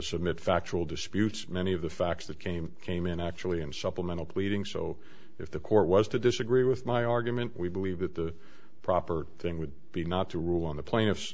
submit factual disputes many of the facts that came came in actually in supplemental pleading so if the court was to disagree with my argument we believe that the proper thing would be not to rule on the plaintiff